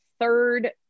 third